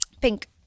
pink